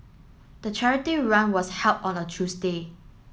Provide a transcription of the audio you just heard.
the charity run was held on a Tuesday